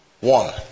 One